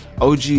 og